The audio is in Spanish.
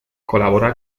colabora